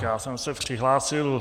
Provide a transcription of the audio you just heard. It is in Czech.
Já jsem se přihlásil...